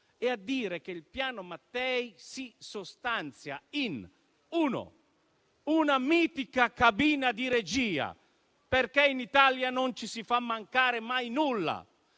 e dire che il Piano Mattei si sostanzia in una mitica cabina di regia - in Italia non ci si fa mancare mai nulla